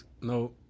no